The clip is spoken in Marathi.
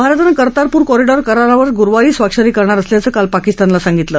भारतानं कर्तारपूर कॉरिडॅर करारावर गुरूवारी स्वाक्षरी करणार असल्याचं काल पाकिस्तानला सांगितलं